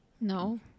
No